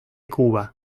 cuba